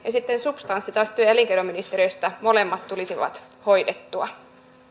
ja sitten substanssi taas työ ja elinkeinoministeriöstä molemmat tulisivat hoidettua